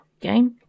game